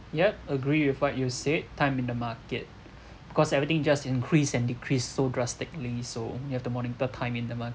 yup agree with what you said time in the market cause everything just increase and decrease so drastically so you have to monitor time in the market